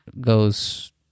goes